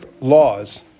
laws